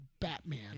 Batman